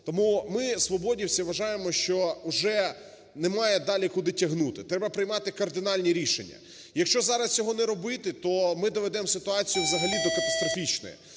Тому ми, "свободівці", вважаємо, що уже немає далі куди тягнути. Треба приймати кардинальні рішення. Якщо зараз цього не робити, то ми доведемо ситуацію взагалі до катастрофічної.